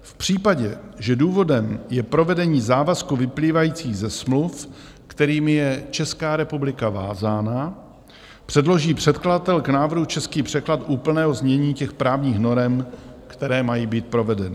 V případě, že důvodem je provedení závazků vyplývajících ze smluv, kterými je Česká republika vázána, předloží předkladatel k návrhu český překlad úplného znění těch právních norem, které mají být provedeny.